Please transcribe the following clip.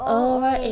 over